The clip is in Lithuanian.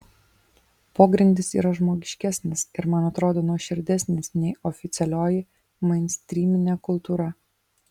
pogrindis yra žmogiškesnis ir man atrodo nuoširdesnis nei oficialioji mainstryminė kultūra